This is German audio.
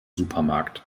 supermarkt